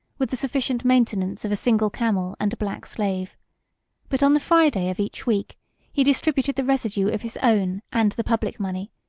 with the sufficient maintenance of a single camel and a black slave but on the friday of each week he distributed the residue of his own and the public money,